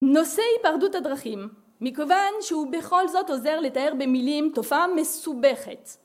נושאי היפרדות הדרכים, מכיוון שהוא בכל זאת עוזר לתאר במילים תופעה מסובכת